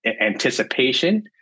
anticipation